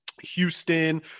Houston